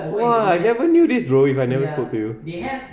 !wah! I never knew this bro if I never spoke to you